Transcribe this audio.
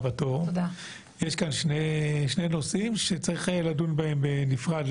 לדעתי, יש כאן שני נושאים, שצריך לדון בהם בנפרד.